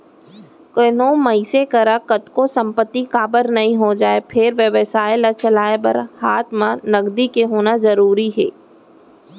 कोनो मनसे करा कतको संपत्ति काबर नइ हो जाय फेर बेवसाय ल चलाय बर हात म नगदी के होना जरुरी हे